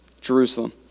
Jerusalem